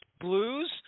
Blues